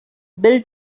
bill